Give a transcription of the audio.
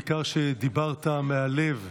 ניכר שדיברת מהלב,